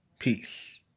Peace